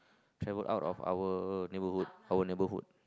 travel out of our neighbourhood our neighbourhood